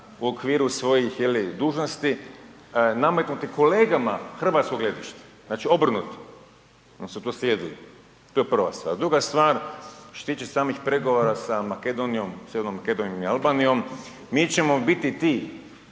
u okviru svojih, je li, dužnosti, nametnuti kolegama hrvatsko gledište. Znači obrnuto, .../Govornik se ne razumije./... to je prva stvar, a druga stvar, što se tiče samih pregovora sa Makedonijom, Sjevernom Makedonijom i Albanijom, mi ćemo biti ti